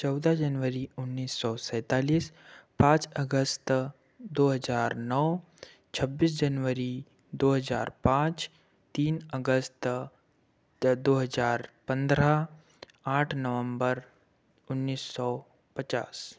चौदह जनवरी उन्नीस सौ सैंतालीस पाँच अगस्त दो हज़ार नौ छब्बीस जनवरी दो हज़ार पाँच तीन अगस्त दो हज़ार पंद्रह आठ नवम्बर उन्नीस सौ पचास